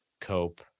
cope